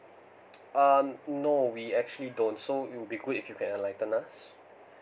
um no we actually don't so it would be great if you can enlighten us